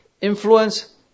influence